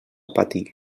patir